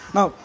Now